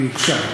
היא הוגשה.